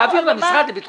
יפה.